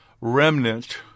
remnant